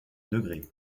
degrés